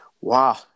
Wow